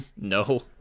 No